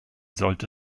sollte